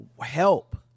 help